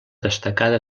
destacada